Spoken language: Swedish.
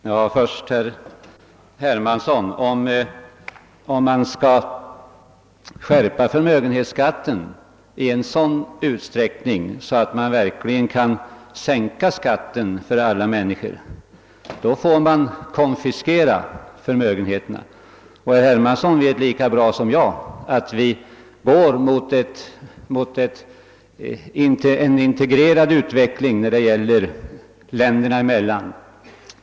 Först vill jag säga till herr Hermansson, att om man skall skärpa förmögenhetsskatten i sådan utsträckning att man verkligen kan sänka inkomstskatten för alla människor måste man konfiskera förmögenheterna. Herr Hermansson vet lika bra som jag att vi är på väg mot en integration länderna emellan.